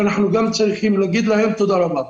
אנחנו גם צריכים להגיד להם תודה רבה.